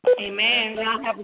Amen